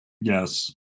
Yes